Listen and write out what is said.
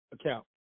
account